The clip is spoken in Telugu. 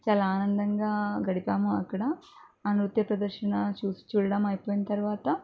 చాలా ఆనందంగా గడిపాము అక్కడ ఆ నృత్య ప్రదర్శన చూసి చూడడం అయిపోయిన తర్వాత